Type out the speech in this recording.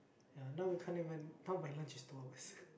ya now we can't even now my lunch is two hours